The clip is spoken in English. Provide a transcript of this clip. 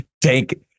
take